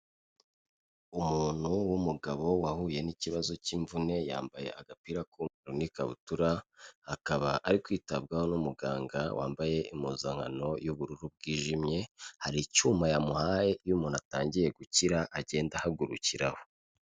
Umuntu w'umugabo wahuye n'ikibazo cy'imvune yambaye agapira k'umweru n'ikabutura, akaba ari kwitabwaho n'umuganga wambaye impuzankano y'ubururu bwijimye, hari icyuma yamuhaye iyo umuntu atangiye gukira agenda ahagurukiraho.